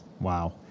wow